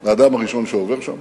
לאדם הראשון שעובר שם,